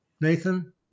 Nathan